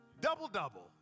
Double-double